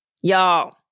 Y'all